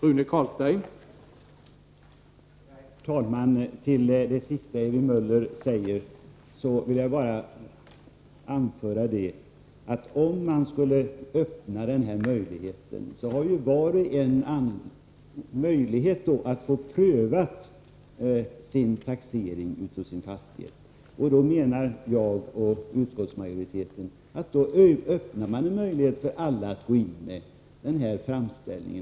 Herr talman! Till det sista Ewy Möller sade vill jag bara anföra att om man skulle öppna den här möjligheten, så kan ju var och en få sin taxering av fastigheten prövad. Då menar utskottsmajoriteten och jag att man öppnar en möjlighet för alla att gå in med en sådan framställning.